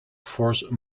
force